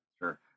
sure